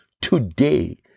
today